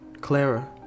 Clara